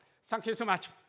thank you so much.